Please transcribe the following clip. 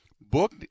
Book